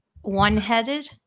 one-headed